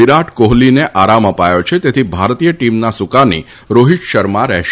વિરાટ કોફલીને આરામ અપાયો છે તેથી ભારતીય ટીમના સુકાની રોહિત શર્મા રહેશે